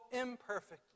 imperfectly